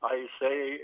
o jisai